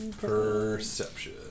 Perception